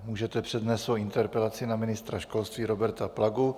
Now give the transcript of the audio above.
Můžete přednést svoji interpelaci na ministra školství Roberta Plagu.